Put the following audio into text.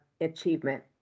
achievement